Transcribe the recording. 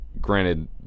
granted